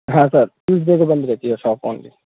हाँ sir Tuesday को बंद रहती है शॉप ओन्ली